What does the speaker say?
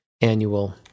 annual